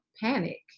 panic